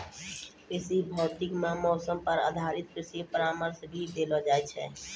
कृषि भौतिकी मॅ मौसम पर आधारित कृषि परामर्श भी देलो जाय छै